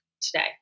today